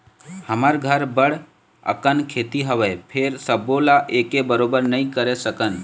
हमर घर बड़ अकन खेती हवय, फेर सबो ल एके बरोबर नइ करे सकन